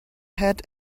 had